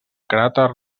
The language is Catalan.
cràter